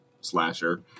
slasher